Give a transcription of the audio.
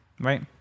right